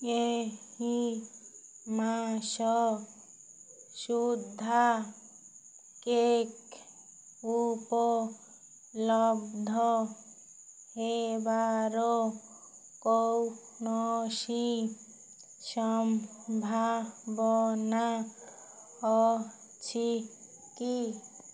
ଏହି ମାସ ସୁଦ୍ଧା କେକ୍ ଉପଲବ୍ଧ ହେବାର କୌଣସି ସମ୍ଭାବନା ଅଛି କି